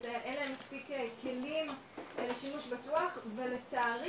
אין להם מספיק כלים לשימוש בטוח ולצערי